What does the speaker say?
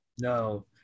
No